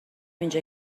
اینجا